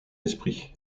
esprit